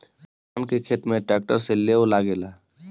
धान के खेत में ट्रैक्टर से लेव लागेला